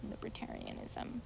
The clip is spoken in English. libertarianism